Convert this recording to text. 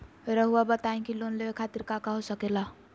रउआ बताई की लोन लेवे खातिर काका हो सके ला?